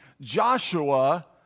Joshua